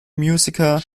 musiker